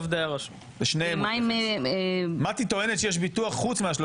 אם את חושבת שיבוא המשנה ליועצת המשפטית